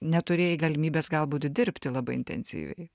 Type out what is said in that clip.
neturėjai galimybės galbūt dirbti labai intensyviai